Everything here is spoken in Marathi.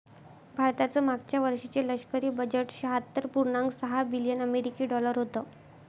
भारताचं मागच्या वर्षीचे लष्करी बजेट शहात्तर पुर्णांक सहा बिलियन अमेरिकी डॉलर होतं